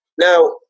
Now